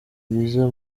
biza